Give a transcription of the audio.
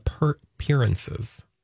appearances